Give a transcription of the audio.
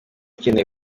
ukeneye